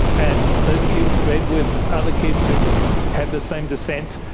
and those kids bred with other kids who had the same descent.